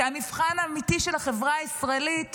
כי המבחן האמיתי של החברה הישראלית